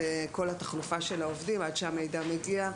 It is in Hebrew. וכל התחלופה של העובדים, עד שהמידע מגיע.